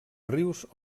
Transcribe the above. rius